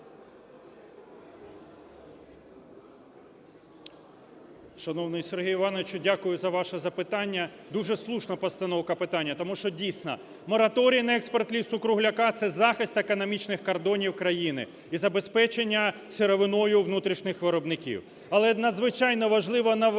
дякую за ваше запитання. Дуже слушна постановка питання, тому що дійсно мораторій на експорт лісу-кругляка – це захист економічних кордонів країни і забезпечення сировиною внутрішніх виробників. Але надзвичайно важливо